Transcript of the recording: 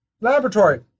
Laboratory